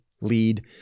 lead